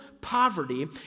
poverty